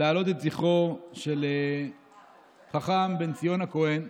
להעלות את זכרו של חכם בן ציון הכהן,